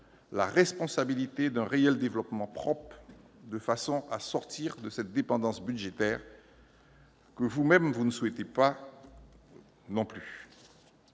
la responsabilité d'un réel développement propre, de façon à sortir de cette dépendance budgétaire que vous-même vous ne souhaitez pas non plus.